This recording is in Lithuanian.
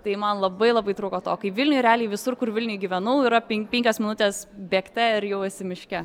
tai man labai labai trūko to kai vilniuj realiai visur kur vilniuj gyvenau yra pen penkios minutės bėgte ir jau esi miške